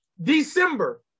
December